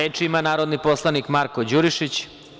Reč ima narodni poslanik Marko Đurišić.